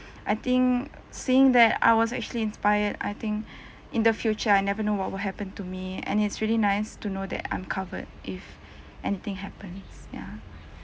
I think seeing that I was actually inspired I think in the future I never know what would happen to me and it's really nice to know that I'm covered if anything happens ya